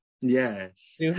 Yes